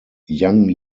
yang